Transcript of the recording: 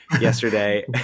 yesterday